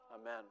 Amen